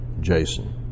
Jason